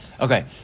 Okay